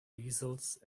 easels